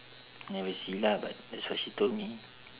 never see lah but that's what she told me